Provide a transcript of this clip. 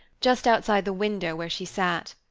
just outside the window where she sat.